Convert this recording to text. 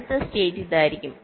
അടുത്ത സ്റ്റേറ്റ് ഇതായിരിക്കും